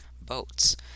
Boats